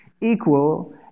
equal